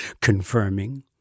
confirming